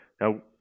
Now